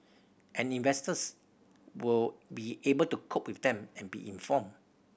and investors will be able to cope with them and be informed